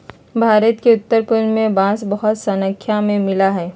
भारत के उत्तर पूर्व में बांस बहुत स्नाख्या में मिला हई